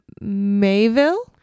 Mayville